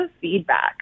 feedback